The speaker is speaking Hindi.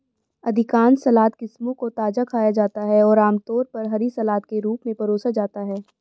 अधिकांश सलाद किस्मों को ताजा खाया जाता है और आमतौर पर हरी सलाद के रूप में परोसा जाता है